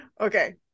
okay